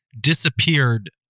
disappeared